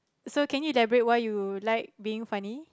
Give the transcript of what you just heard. so can you elaborate why you like being funny